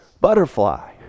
butterfly